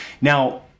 now